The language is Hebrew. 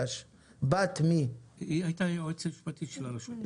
היא הייתה יועצת משפטית של הרשות.